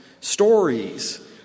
stories